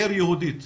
עיר יהודית,